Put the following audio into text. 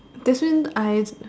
that's means I